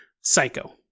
psycho